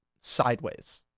sideways